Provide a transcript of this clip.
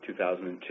2002